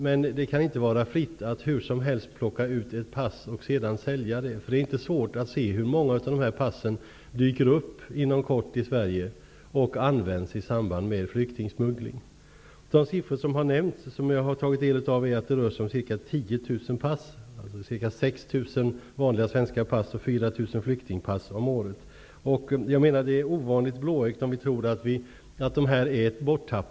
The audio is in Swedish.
Men det kan inte vara fritt att hur som helst plocka ut ett pass för att sedan sälja det. Det är inte svårt att se hur de här passen inom kort dyker upp i Sverige och hur de används i samband med flyktingsmuggling. Enligt de siffror som jag har tagit del av rör det sig om ca 10 000 pass, dvs. ca 6 000 vanliga pass och ca 4 000 flyktingpass om året. Det är ovanligt blåögt sett, om vi tror att dessa pass är borttappade.